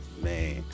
man